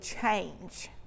change